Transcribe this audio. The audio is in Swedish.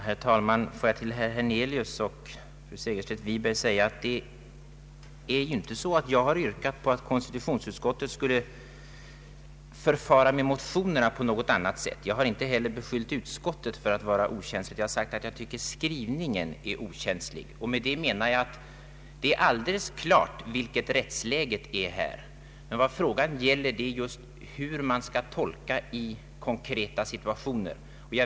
Herr talman! Låt mig till herr Hernelius och fru Segerstedt Wiberg säga att jag inte yrkat på att konstitutionsutskottet skulle förfara med motionerna på något annat sätt. Jag har inte heller beskyllt utskottet för att vara okänsligt. Vad jag sagt är att jag tycker skrivningen är okänslig. Med det menar jag att rättsläget här visserligen är klart, men att frågan gäller hur man skall tolka lagtexten i konkreta situationer.